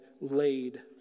laid